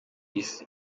isi